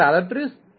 37 INR હશે